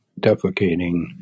defecating